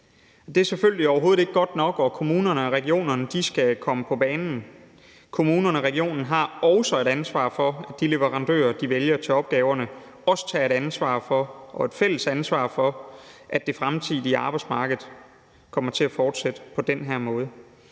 Det er selvfølgelig overhovedet ikke godt nok, og kommunerne og regionerne skal komme på banen. Kommunerne og regionerne har også et ansvar for, at de leverandører, de vælger til opgaverne, også tager et fælles ansvar for, at det fremtidige arbejdsmarked kommer til at fortsætte på den her måde.